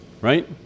right